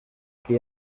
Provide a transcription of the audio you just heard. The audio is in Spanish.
que